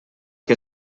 que